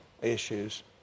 issues